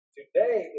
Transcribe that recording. Today